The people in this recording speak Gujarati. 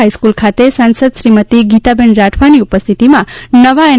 હાઇસ્કુલ ખાતે સાંસદ શ્રીમતી ગીતાબેન રાઠવાની ઉપસ્થિતિમાં નવા એન